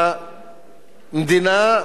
המדינה,